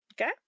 okay